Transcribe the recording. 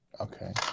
Okay